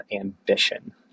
Ambition